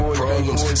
problems